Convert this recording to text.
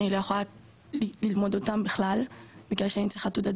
אני לא יכולה ללמוד אותם בכלל בגלל שאני צריכה תעודת